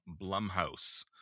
Blumhouse